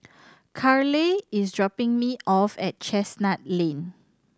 Carleigh is dropping me off at Chestnut Lane